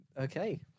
Okay